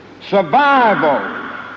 Survival